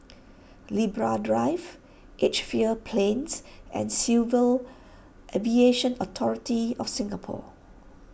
Libra Drive Edgefield Plains and Civil Aviation Authority of Singapore